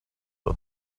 but